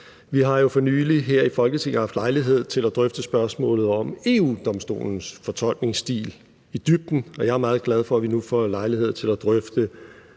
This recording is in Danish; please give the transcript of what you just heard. i Folketinget haft lejlighed til at drøfte spørgsmålet om EU-Domstolens fortolkningsstil i dybden, og jeg er meget glad for, at vi nu får lejlighed til at drøfte